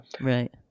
right